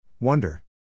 Wonder